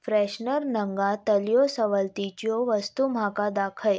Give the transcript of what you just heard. freshener नंगातल्यो सवलतीच्यो वस्तू म्हाका दाखय